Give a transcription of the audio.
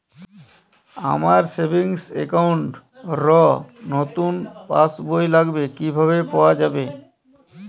আমার savings account র নতুন পাসবই লাগবে কিভাবে পাওয়া যাবে?